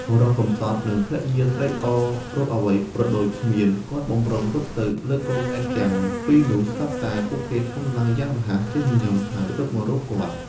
បុរសកំសត់ និង ភរិយាត្រេកអររកអ្វីប្រដូចគ្មាន គាត់បំរុងរត់ទៅលើកកូនង៉ែតទាំងពីរនោះ ស្រាប់តែពួកគេធំឡើងយ៉ាងរហ័ស ចេះញញឹម ហើយរត់មករកគាត់ ៕